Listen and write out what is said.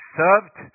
served